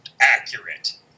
accurate